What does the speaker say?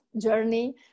journey